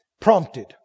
prompted